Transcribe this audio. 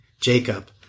Jacob